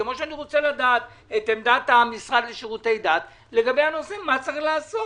כפי שאני רוצה לדעת את עמדת המשרד לשירותי דת לגבי השאלה מה צריך לעשות.